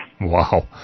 Wow